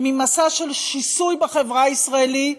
ממסע של שיסוי בחברה הישראלית,